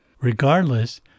Regardless